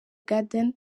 garden